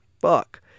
fuck